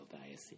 diocese